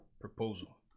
proposal